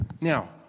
Now